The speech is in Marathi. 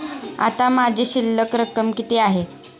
आता माझी शिल्लक रक्कम किती आहे?